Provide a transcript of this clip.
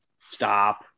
Stop